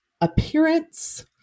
appearance